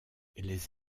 les